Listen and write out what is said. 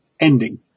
ending